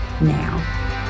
now